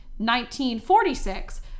1946